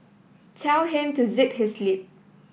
tell him to zip his lip